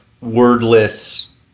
wordless